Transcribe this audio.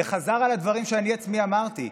הוא חזר על הדברים שאני עצמי אמרתי,